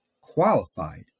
qualified